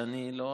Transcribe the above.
ואני לא